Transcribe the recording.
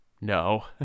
No